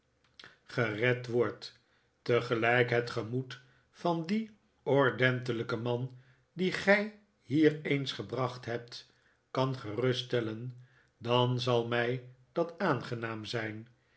gered wordt tegelijk het gemoed van dien ordentelijken man dien gij hier eens gebracht hebt kan geruststellen dan zal mij dat aangenaam zijn